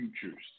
futures